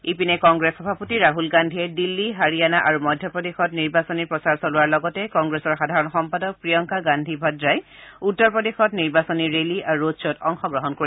ইপিনে কংগ্ৰেছ সভাপতি ৰাহুল গান্ধীয়ে দিল্লী হাৰিয়ানা আৰু মধ্য প্ৰদেশত নিৰ্বাচনী প্ৰচাৰ চলোৱাৰ লগতে কংগ্ৰেছৰ সাধাৰণ সম্পাদক প্ৰিয়ংকা গান্ধী ভদ্ৰাই উত্তৰ প্ৰদেশত নিৰ্বাচনী ৰেলী আৰু ৰোড খ্বত অংশগ্ৰহণ কৰিব